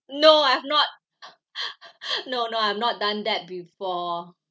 no I've not no no I'm not done that before